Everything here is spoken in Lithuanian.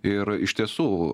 ir iš tiesų